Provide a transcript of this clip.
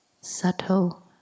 subtle